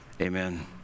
Amen